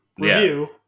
review